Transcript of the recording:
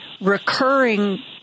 recurring